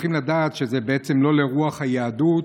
צריכים לדעת שזה בעצם לא לרוח היהדות,